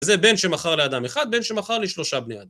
וזה בן שמכר לאדם אחד, בן שמכר לשלושה בני אדם.